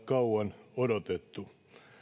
kauan odotettu